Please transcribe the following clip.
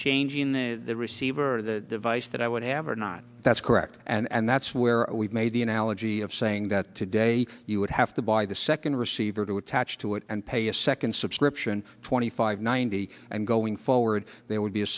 changing the receiver of the device that i would have or not that's correct and that's where we've made the analogy of saying that today you would have to buy the second receiver to attach to it and pay a second subscription twenty five ninety and going forward there would be a